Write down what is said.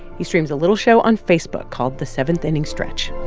he streams a little show on facebook called the seventh inning stretch.